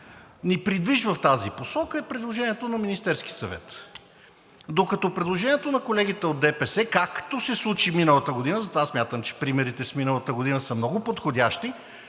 ни придвижва в тази посока, е предложението на Министерския съвет. Докато предложението на колегите от ДПС, както се случи миналата година, затова смятам, че примерите с миналата година са много подходящи,